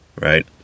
right